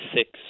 six